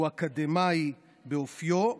הוא אקדמאי באופיו,